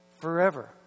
forever